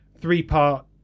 three-part